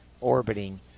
orbiting